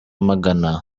magana